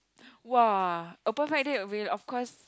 !wah! a birth like that will of course